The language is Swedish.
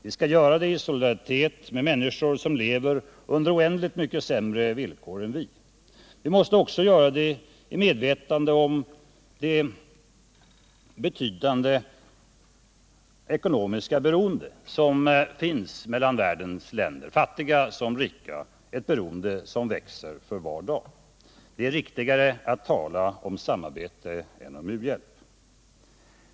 Vi skall göra det i solidaritet med människor som lever under oändligt mycket sämre villkor än vi. Vi måste också göra det i medvetande om det betydande ekonomiska beroende som finns mellan världens länder, fattiga som rika — ett beroende som växer för var dag. Det är riktigare att tala om samarbete än om u-hjälp.